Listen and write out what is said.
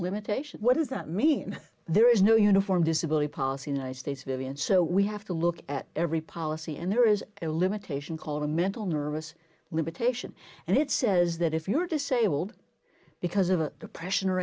limitation what does that mean there is no uniform disability policy united states vivian so we have to look at every policy and there is a limitation called a mental nervous limitation and it says that if you're disabled because of a compression